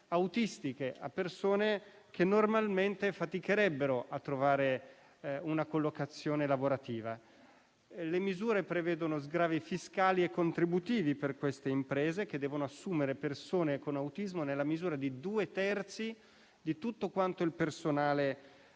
autistiche, le quali normalmente faticherebbero a trovare una collocazione lavorativa. Le misure prevedono sgravi fiscali e contributivi per le imprese che devono assumere persone con autismo nella misura di due terzi di tutto quanto il personale